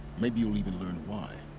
maybe you'll even learn why.